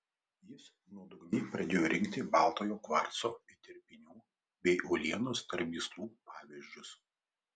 jis nuodugniai pradėjo rinkti baltojo kvarco įterpinių bei uolienos tarp gyslų pavyzdžius